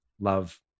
love